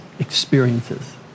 experiences